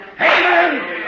Amen